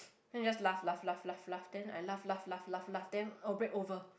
then he just laugh laugh laugh laugh laugh then I laugh laugh laugh laugh laugh then our break over